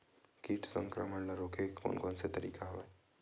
कीट संक्रमण ल रोके के कोन कोन तरीका हवय?